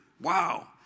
Wow